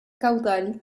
caudal